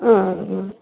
ಹ್ಞೂ ಹ್ಞೂ